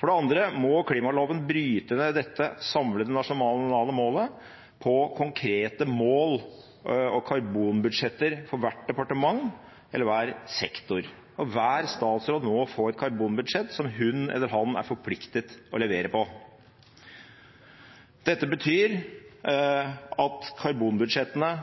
For det andre må klimaloven bryte ned dette samlede nasjonale målet på konkrete mål og karbonbudsjetter for hvert departement eller for hver sektor, og hver statsråd må få et karbonbudsjett som hun eller han er forpliktet til å levere på. Dette betyr at karbonbudsjettene